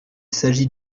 s’agit